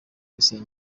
gusaba